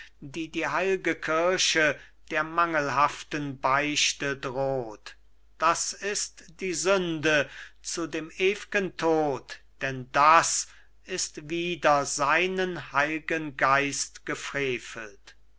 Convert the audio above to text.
die die heil'ge kirche der mangelhaften beichte droht das ist die sünde zu dem ew'gen tod denn das ist wider seinen heil'gen geist gefrevelt